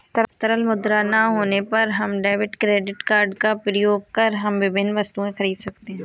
तरल मुद्रा ना होने पर हम डेबिट क्रेडिट कार्ड का प्रयोग कर हम विभिन्न वस्तुएँ खरीद सकते हैं